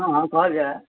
हँ हँ कहल जाए